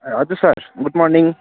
हजुर sir good morning